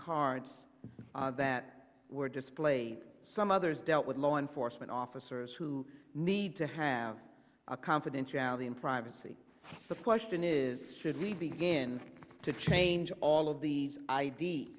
cards that were displayed some others dealt with law enforcement officers who need to have a confidentiality in privacy the question is should we begin to change all of these i